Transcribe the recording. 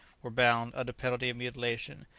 were bound, under penalty of mutilation,